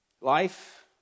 Life